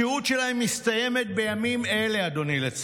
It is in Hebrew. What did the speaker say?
השהות שלהם מסתיימת בימים אלה, אדוני, לצערי.